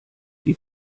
die